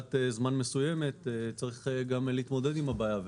בנקודת זמן מסוימת צריך גם להתמודד עם הבעיה,